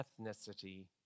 ethnicity